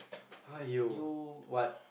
!aiyo! what